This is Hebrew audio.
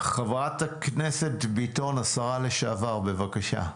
חברת הכנסת ביטון, השרה לשעבר, בבקשה.